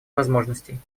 возможностей